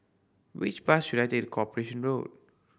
which bus should I take to Corporation Road